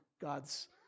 God's